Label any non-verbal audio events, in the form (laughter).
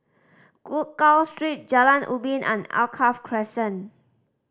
(unintelligible) Gul Street Jalan Ubin and Alkaff Crescent